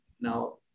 now